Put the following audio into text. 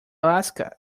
alaska